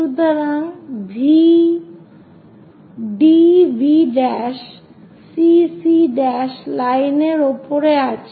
সুতরাং DV CC line এর উপরে আছে